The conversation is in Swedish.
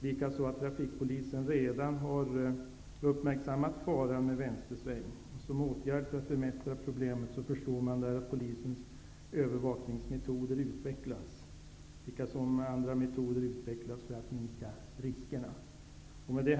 Dessutom har trafikpolisen redan uppmärksammat faran med vänstersväng. Som åtgärder för att bemästra problemet föreslås att polisens övervakningsmetoder liksom andra metoder utvecklas för att minska riskerna. Herr talman!